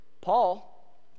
Paul